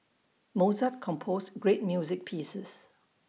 Mozart composed great music pieces